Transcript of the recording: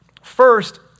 First